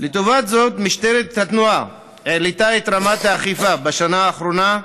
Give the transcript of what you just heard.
לטובת זאת משטרת התנועה העלתה את רמת האכיפה בשנה האחרונה,